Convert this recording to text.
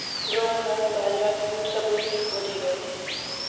broomcorn बाजरा के कुछ सबूत भी खोजे गए थे